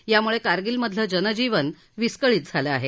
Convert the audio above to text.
यामुळे कारगिलमधलं जनजीवन विस्कळीत झालं आहे